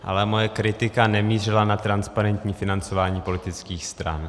Ale moje kritika nemířila na transparentní financování politických stran.